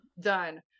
Done